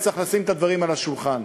וצריך לשים את הדברים על השולחן.